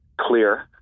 clear